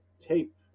tape